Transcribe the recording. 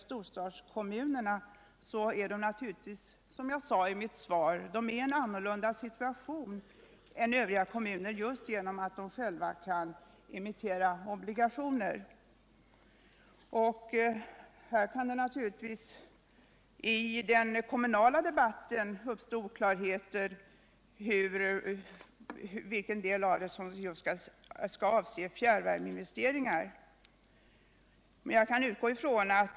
Storstadskommunerna befinner sig, som jag sade i mitt svar, i en annan situation än övriga kommuner genom att de själva kan emittera obligationer. Här kan det naturligtvis i den kommunala debatten uppstå oklarheter om vilken del som skall avse fjärrvärmeinvesteringar.